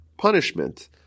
punishment